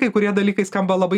kai kurie dalykai skamba labai